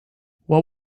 what